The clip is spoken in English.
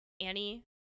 Annie